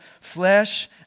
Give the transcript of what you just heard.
flesh